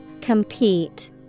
Compete